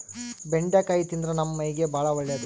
ಬೆಂಡಿಕಾಯಿ ತಿಂದ್ರ ನಮ್ಮ ಮೈಗೆ ಬಾಳ ಒಳ್ಳೆದು